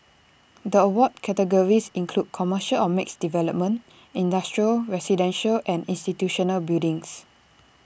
the award categories include commercial or mixed development industrial residential and institutional buildings